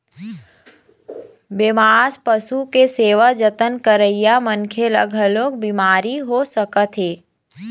बेमार पशु के सेवा जतन करइया मनखे ल घलोक बिमारी हो सकत हे